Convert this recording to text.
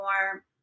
more